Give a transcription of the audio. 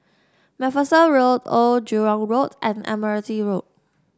MacPherson Road Old Jurong Road and Admiralty Road